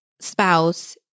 spouse